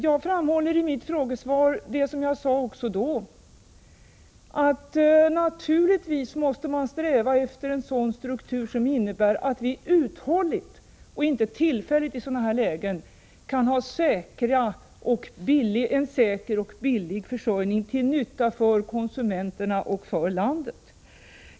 Jag framhåller i mitt svar det som jag sade också vid det aktuella tillfället, att vi naturligtvis måste sträva efter en struktur som innebär att vi i sådana här lägen uthålligt och inte bara tillfälligt kan ha en säker och billig försörjning, till nytta för konsumenterna och landet.